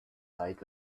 died